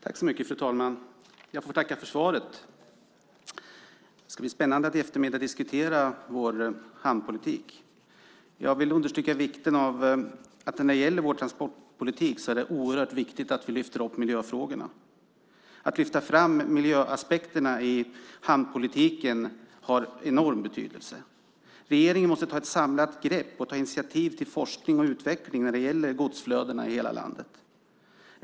Fru talman! Jag får tacka för svaret. Det ska bli spännande att i eftermiddag diskutera vår hamnpolitik. Jag vill understryka att det när det gäller vår transportpolitik är oerhört viktigt att vi lyfter upp miljöfrågorna. Att lyfta fram miljöaspekterna i hamnpolitiken har enorm betydelse. Regeringen måste ta ett samlat grepp och ta initiativ till forskning och utveckling när det gäller godsflödena i hela landet.